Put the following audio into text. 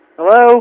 Hello